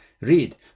read